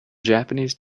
japanese